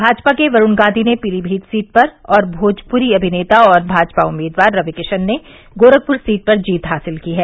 भाजपा के वरूण गांधी ने पीलीभीत सीट पर और भोजपुरी अभिनेता और भाजपा उम्मीदवार रविकिशन ने गोरखपुर सीट पर जीत हासिल की है